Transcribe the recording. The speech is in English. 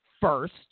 first